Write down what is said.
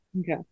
Okay